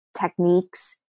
techniques